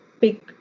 big